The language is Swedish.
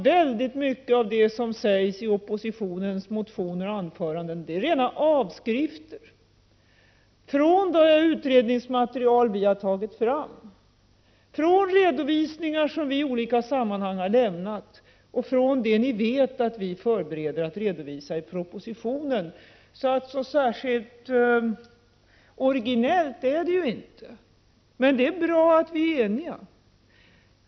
Väldigt mycket av det som sägs i oppositionens motioner och anföranden är rena avskrifter från det utredningsmaterial vi har tagit fram, från redovisningar som vi i olika sammanhang har lämnat och från det ni vet att vi förbereder att redovisa i propositionen. Så särskilt originellt är det ju inte, men det är bra att vi är eniga.